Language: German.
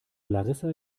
larissa